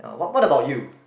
uh what what about you